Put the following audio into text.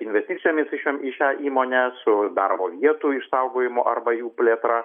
investicijomis į šiom į šią įmonę su darbo vietų išsaugojimu arba jų plėtra